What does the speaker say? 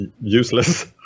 useless